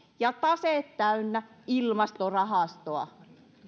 ja taseet täynnä ilmastorahastoa